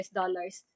dollars